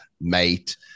mate